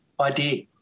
idea